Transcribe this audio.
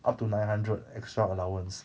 up to nine hundred extra allowance